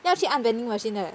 要去按 vending machine 的 leh